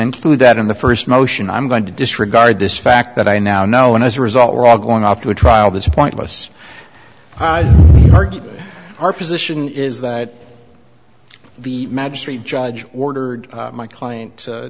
include that in the first motion i'm going to disregard this fact that i now know and as a result we're all going off to a trial this pointless hyde park our position is that the magistrate judge ordered my client